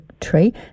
tree